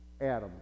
Adam